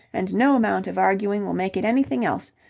and no amount of arguing will make it anything else.